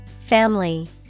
Family